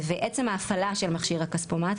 ועצם ההפעלה של מכשיר הכספומט,